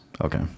Okay